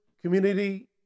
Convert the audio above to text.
community